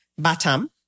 Batam